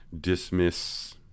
dismiss